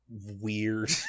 Weird